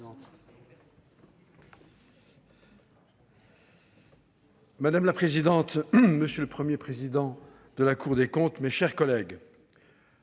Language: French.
Madame la présidente, monsieur le Premier président de la Cour des comptes, mes chers collègues,